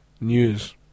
News